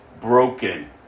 broken